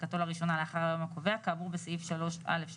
העסקתו לראשונה לאחר היום הקובע כאמור בסעיף 3.א.3,